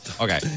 Okay